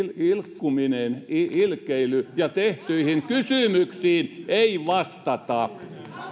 ilkkuminen ilkeily ja se että tehtyihin kysymyksiin ei vastata